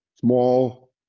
small